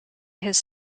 his